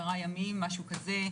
עשרה ימים משהו כזה.